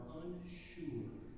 unsure